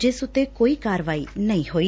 ਜਿਸ ਤੇ ਕੋਈ ਕਾਰਵਾਈ ਨਹੀਂ ਹੋਈ